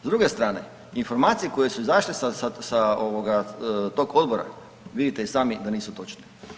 S druge strane informacije koje su izašle sa tog ovog odbora vidite i sami da nisu točne.